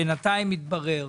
בינתיים מתברר,